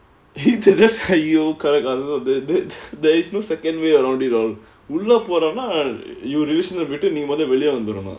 இது:ithu !aiyo! என்ன சொல்றது:enna solrathu that there there is no second way around it உள்ள போறோம்னா உன்:ulla poromnaa un relationship விட்டு வெளிய வந்துடனும்:vittu veliya vanthudanum